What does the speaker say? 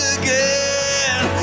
again